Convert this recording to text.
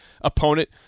opponent